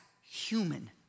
human